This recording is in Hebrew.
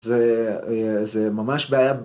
זה ממש בעייה ב...